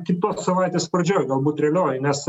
kitos savaitės pradžioje galbūt realioji nes